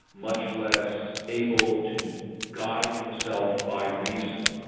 much less able to guide himself by reason.